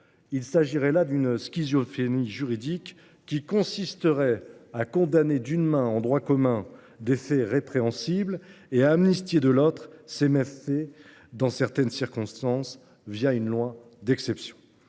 Il s’agirait là d’une schizophrénie juridique, qui consisterait à condamner d’une main, en droit commun, des faits répréhensibles, et à amnistier de l’autre ces mêmes faits dans certaines circonstances, par le biais d’une loi d’exception.